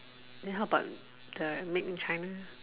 then how about the made in China